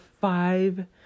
five